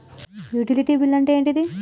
Utility bill అంటే ఏంటిది?